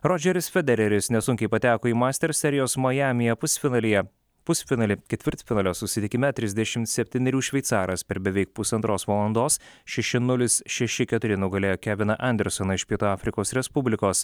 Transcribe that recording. rodžeris federeris nesunkiai pateko į masters serijos majamyje pusfinalyje pusfinalį ketvirtfinalio susitikime trisdešim septynerių šveicaras per beveik pusantros valandos šeši nulis šeši keturi nugalėjo keviną anderson iš pietų afrikos respublikos